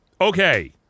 Okay